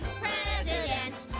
presidents